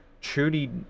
truly